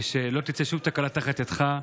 ושלא תצא שום תקלה תחת ידך,